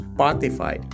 Spotify